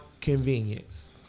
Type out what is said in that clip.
convenience